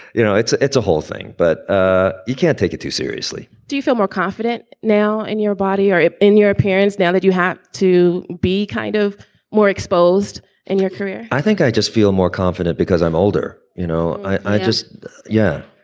you know it's it's a whole thing, but ah you can't take it too seriously do you feel more confident now in your body or in your appearance now that you have to be kind of more exposed in your career? i think i just feel more confident because i'm older, you know, i just yeah,